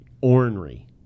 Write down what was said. Ornery